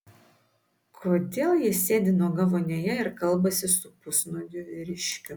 kodėl ji sėdi nuoga vonioje ir kalbasi su pusnuogiu vyriškiu